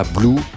Blue